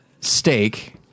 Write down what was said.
steak